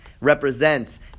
represents